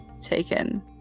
taken